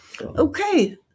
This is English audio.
Okay